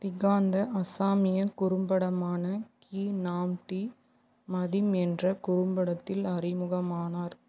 திகாந்த அசாமிய குறும்படமான கி நாம் டி மதிம் என்ற குறும்படத்தில் அறிமுகமானார்